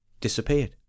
disappeared